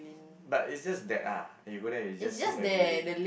but it's just that ah you go there you just see a Guilin